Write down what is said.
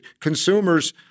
consumers